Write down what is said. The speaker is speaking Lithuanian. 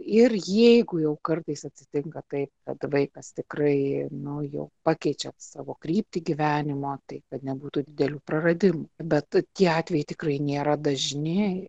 ir jeigu jau kartais atsitinka taip kad vaikas tikrai nu jau pakeičia savo kryptį gyvenimo tai kad nebūtų didelių praradimų bet tie atvejai tikrai nėra dažni